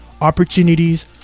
opportunities